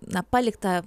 na palikta